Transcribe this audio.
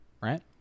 Right